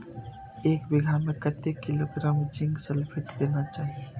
एक बिघा में कतेक किलोग्राम जिंक सल्फेट देना चाही?